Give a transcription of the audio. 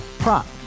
Prop